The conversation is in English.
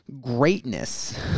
greatness